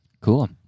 Cool